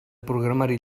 programari